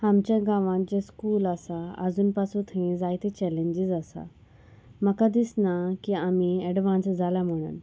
आमच्या गांवांत जें स्कूल आसा आजून पासून थंय जायते चॅलेंजीस आसा म्हाका दिसना की आमी एडवांस जाला म्हणून